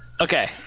Okay